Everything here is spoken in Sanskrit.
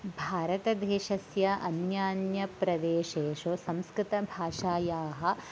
भारतदेशस्य अन्यान्यप्रदेशेषु संस्कृतभाषायाः